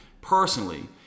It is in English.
personally